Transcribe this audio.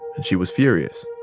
and she was furious.